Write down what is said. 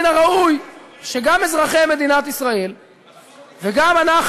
מן ראוי שגם אזרחי מדינת ישראל וגם אנחנו,